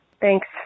thanks